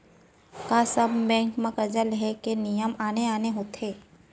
का सब बैंक म करजा ले के नियम आने आने होथे?